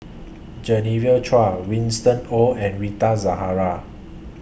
Genevieve Chua Winston Oh and Rita Zahara